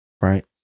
right